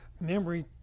Memory